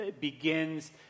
begins